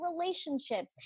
relationships